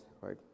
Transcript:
right